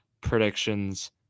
predictions